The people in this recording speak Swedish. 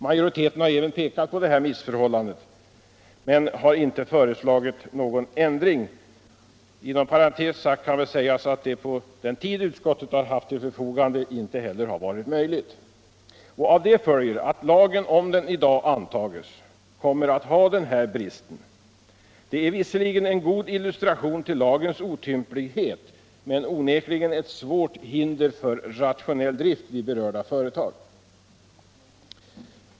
Majoriteten har även påpekat detta missförhållande, men har inte föreslagit någon ändring — inom parentes kan väl sägas att det med den tid utskottet haft till förfogande inte heller har varit möjligt. Av det följer att lagen om den i dag antas kommer att ha denna brist. Det är visserligen en god illustration till lagens otymplighet, men onekligen ett svårt hinder för rationell drift vid berörda företag.